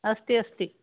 अस्ति अस्ति